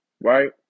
right